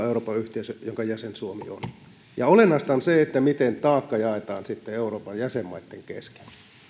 euroopan yhteisö jonka jäsen suomi on olennaista on se miten taakka jaetaan sitten euroopan jäsenmaitten kesken